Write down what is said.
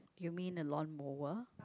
you mean a lawn mower